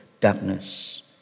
darkness